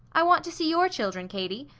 i want to see your children, katie.